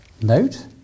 note